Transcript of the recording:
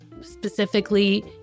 specifically